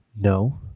No